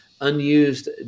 unused